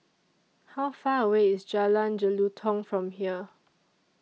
How Far away IS Jalan Jelutong from here